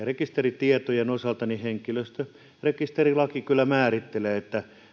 rekisteritietojen osalta henkilöstörekisterilaki kyllä määrittelee